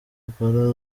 ukora